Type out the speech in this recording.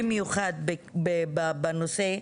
במיוחד בנושא,